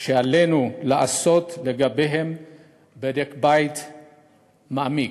שעלינו לעשות לגביהן בדק-בית מעמיק: